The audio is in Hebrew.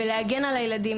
בכל המקרים האלה,